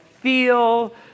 feel